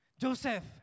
Joseph